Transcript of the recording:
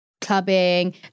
clubbing